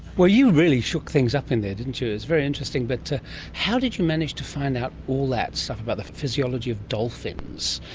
well, you really shook things up in there, didn't you, it was very interesting. but how did you manage to find out all that stuff about the physiology of dolphins,